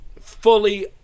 fully